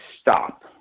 stop